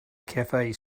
cafe